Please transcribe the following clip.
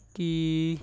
ਕੀ